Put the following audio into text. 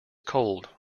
cold